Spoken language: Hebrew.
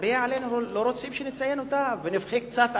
הרבה לא רוצים שנציין אותה ונבכה קצת עליה.